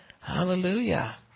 Hallelujah